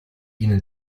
ihnen